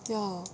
ya